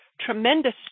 tremendous